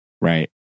right